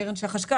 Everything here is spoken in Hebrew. הקרן של החשכ"ל,